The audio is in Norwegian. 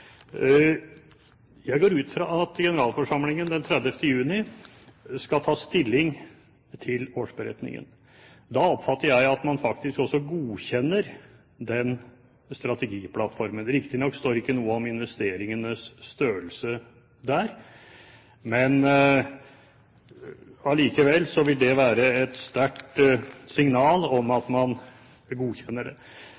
Jeg går ut fra at generalforsamlingen den 30. juni skal ta stilling til årsberetningen. Da oppfatter jeg at man faktisk også godkjenner den strategiplattformen. Riktignok står det ikke noe om investeringenes størrelse der, men allikevel vil det være et sterkt signal om